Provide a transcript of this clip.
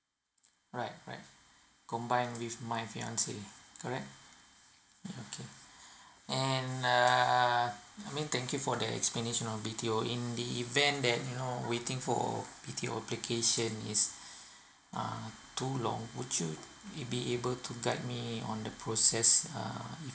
right right combine with my fiance correct uh okay and err I mean thank you for the explanation on B_T_O in the event that you know waiting for B_T_O application is uh too long would you be able to guide meon the process uh